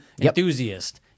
enthusiast